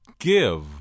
Give